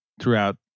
throughout